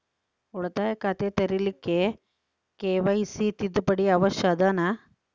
ಉಳಿತಾಯ ಖಾತೆ ತೆರಿಲಿಕ್ಕೆ ಕೆ.ವೈ.ಸಿ ತಿದ್ದುಪಡಿ ಅವಶ್ಯ ಅದನಾ?